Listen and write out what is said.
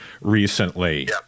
recently